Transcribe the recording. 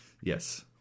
Yes